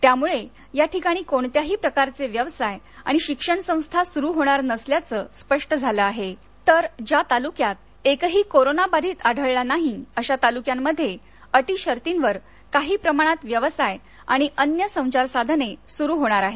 त्यामुळे याठिकाणी कोणत्याही प्रकारचे व्यवसाय आणि शिक्षण संस्था सुरू होणार नसल्याचे स्पष्ट झाले आहे तर ज्या तालुक्यात एकही कोरोना बाधीत आढळला नाही अशा तालुक्यांमध्ये अटी शर्तीवर काही प्रमाणात व्यवसाय आणि अन्य संचार साधने सुरू होणार आहेत